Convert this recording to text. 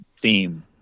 theme